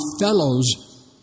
fellows